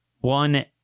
One